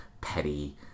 petty